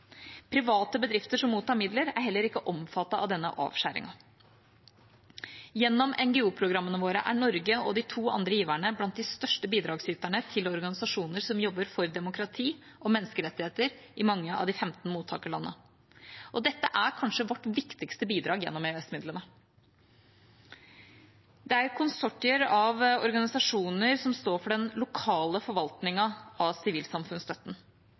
Private bedrifter som mottar midler, er heller ikke omfattet av denne avskjæringen. Gjennom NGO-programmene våre er Norge og de to andre giverne blant de største bidragsyterne til organisasjoner som jobber for demokrati og menneskerettigheter i mange av de 15 mottakerlandene. Dette er kanskje vårt viktigste bidrag gjennom EØS-midlene. Det er konsortier av organisasjoner som står for den lokale forvaltningen av sivilsamfunnsstøtten.